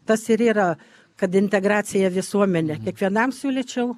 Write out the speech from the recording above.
tas ir yra kad integracija visuomene kiekvienam siūlyčiau